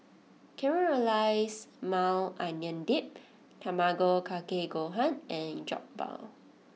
Caramelized Maui Onion Dip Tamago Kake Gohan and Jokbal